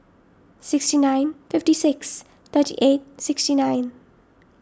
sixty nine fifty six thirty eight sixty nine